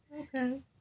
Okay